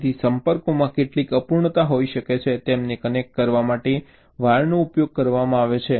તેથી સંપર્કોમાં કેટલીક અપૂર્ણતા હોઈ શકે છે તેમને કનેક્ટ કરવા માટે વાયરનો ઉપયોગ કરવામાં આવે છે